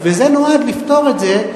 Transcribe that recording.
זה נועד לפתור את זה,